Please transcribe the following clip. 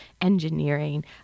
Engineering